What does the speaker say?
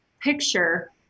picture